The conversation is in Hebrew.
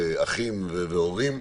אחים והורים.